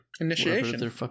initiation